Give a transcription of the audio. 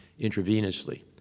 intravenously